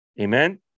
amen